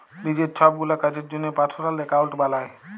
লিজের ছবগুলা কাজের জ্যনহে পার্সলাল একাউল্ট বালায়